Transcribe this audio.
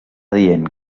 dient